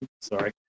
sorry